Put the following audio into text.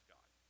God